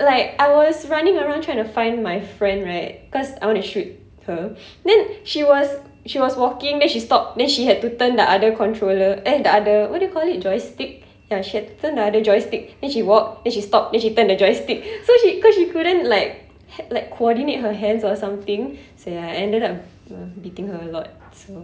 like I was running around trying to find my friend right cause I wanna shoot her then she was she was walking then she stop then she had to turn the other controller eh the other what do you call it joystick ya she had to turn the other joystick and then she walked then she stopped then she turned the joystick so she cause she couldn't like like h~ like coordinate her hands or something so ya I ended up beating her a lot so